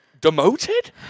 demoted